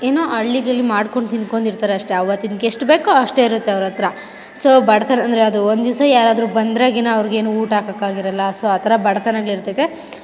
ಏನೋ ಹಳ್ಳಿಯಲ್ಲಿ ಮಾಡ್ಕೊಂಡು ತಿಂದ್ಕೊಂಡು ಇರ್ತಾರೆ ಅಷ್ಟೆ ಆವತ್ತಿನ ಎಷ್ಟು ಬೇಕೋ ಅಷ್ಟೇ ಇರುತ್ತೆ ಅವರತ್ರ ಸೋ ಬಡತನ ಅಂದರೆ ಅದು ಒಂದಿವಸ ಯಾರಾದರು ಬಂದ್ರೆ ಅವ್ರಿಗೇನು ಊಟ ಹಾಕೋಕ್ಕೆ ಆಗಿರೋಲ್ಲ ಸೊ ಆ ಥರ ಬಡತನಗಳಿರ್ತೈತೆ